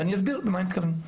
אני אסביר למה אני מתכוון.